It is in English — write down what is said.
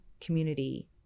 community